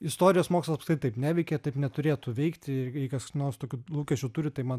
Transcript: istorijos mokslas apskritai neveikia taip neturėtų veikti ir jei kas nors tokių lūkesčių turi tai man